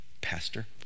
pastor